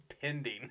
pending